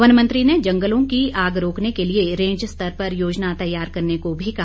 one मंत्री ने जंगलों की आग रोकने के लिए रेंज स्तर पर योजना तैयार करने को भी कहा